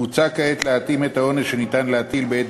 מוצע כעת להתאים את העונש שאפשר להטיל בעת